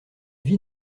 vit